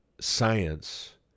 science